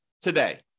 today